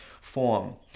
form